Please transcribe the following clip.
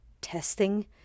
testing